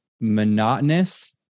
monotonous